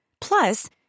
Plus